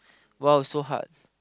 !wow! so hard